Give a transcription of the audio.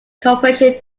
corporation